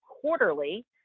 quarterly